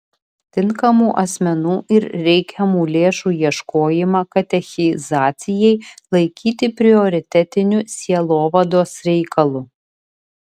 tinkamų asmenų ir reikiamų lėšų ieškojimą katechizacijai laikyti prioritetiniu sielovados reikalu